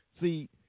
See